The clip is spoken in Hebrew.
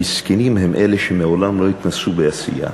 המסכנים הם אלה שמעולם לא התנסו בעשייה,